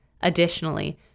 Additionally